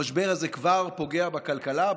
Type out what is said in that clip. המשבר הזה כבר פוגע בכלכלה.